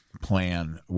plan